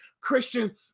Christian